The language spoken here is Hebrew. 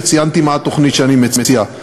וציינתי מה התוכנית שאני מציע.